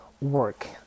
work